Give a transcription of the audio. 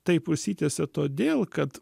taip užsitęsė todėl kad